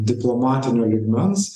diplomatinio lygmens